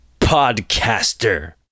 podcaster